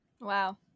Wow